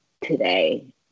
today